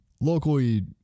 locally